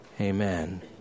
amen